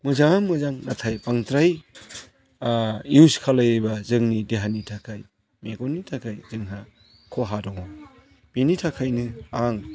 मोजाङा मोजां नाथाय बांद्राय इउज खालामोबा जोंनि देहानि थाखाय मेगननि थाखाय जोंहा खहा दङ बेनि थाखायनो आं